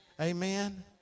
Amen